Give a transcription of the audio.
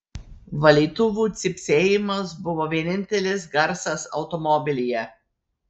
valytuvų cypsėjimas buvo vienintelis garsas automobilyje